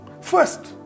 first